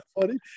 funny